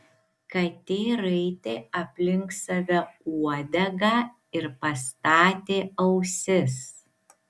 katė raitė aplink save uodegą ir pastatė ausis